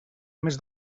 més